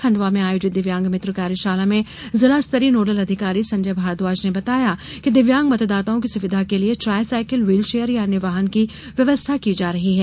खंडवा में आयोजित दिव्यांग मित्र कार्यशाला में जिला स्तरीय नोडल अधिकारी संजय भारद्वाज ने बताया कि दिव्यांग मतदाताओं की सुविधा के लिये ट्रायसिकल व्हील चेयर या अन्य वाहन की व्यवस्था की जा रही है